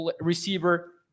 receiver